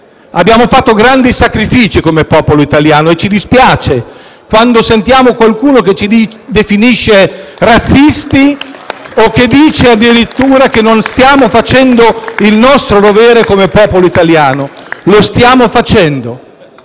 Abbiamo fatto grandi sacrifici come popolo italiano e ci dispiace quando sentiamo qualcuno che ci definisce razzisti o che dice addirittura che non stiamo facendo il nostro dovere come popolo italiano. *(Applausi dal